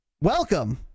welcome